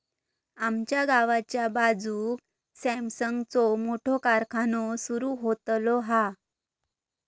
आमच्या गावाच्या बाजूक सॅमसंगचो मोठो कारखानो सुरु होतलो हा